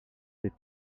les